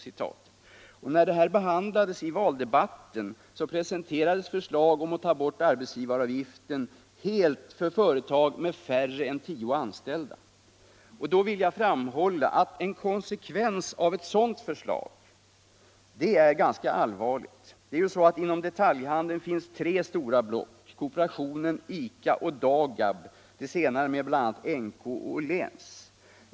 När detta behandlades i valdebatten presenterades förslag om att ta bort arbetsgivaravgiften helt för företag med färre än tio anställda. Då vill jag framhålla att en konsekvens av ett sådant förslag är ganska Allmänpolitisk debatt Allmänpolitisk debatt allvarlig. Inom detaljhandeln finns tre stora block: kooperationen, ICA och Dagab, det senare med bl.a. NK och Åhléns.